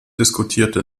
diskutierte